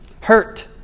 Hurt